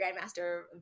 Grandmaster